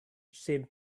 seemed